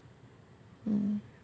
um